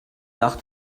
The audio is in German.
nach